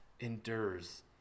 endures